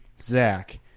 zach